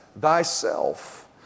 thyself